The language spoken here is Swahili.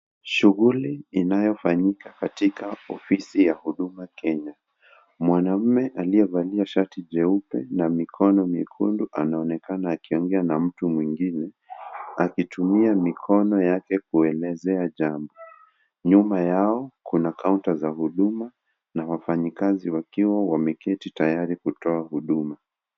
Shughuli inayofanyika katika ofisi ya Huduma Kenya. Mwanaume aliyevalia sharti jeupe na mikono mikulu anaonekana akiongea na mtu mwingine akitumia mikono yake kuelezea jambo. Nyuma yao kuna kaunta za huduma na wafanyakazi wakiwa wameketi tayari kutoa huduma.